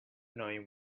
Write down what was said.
knowing